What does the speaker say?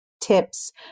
tips